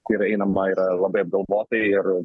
yra einama yra labai apgalvotai ir